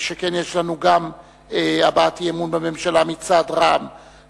שכן יש לנו גם הבעת אי-אמון בממשלה מצד רע"ם-תע"ל,